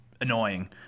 annoying